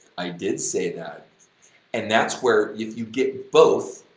i did say that and that's where if you get both,